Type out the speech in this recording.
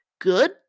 good